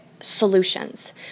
Solutions